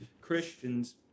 Christians